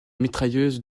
mitrailleuse